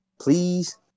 please